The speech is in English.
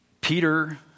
Peter